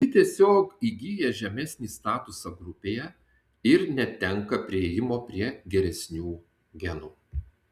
ji tiesiog įgyja žemesnį statusą grupėje ir netenka priėjimo prie geresnių genų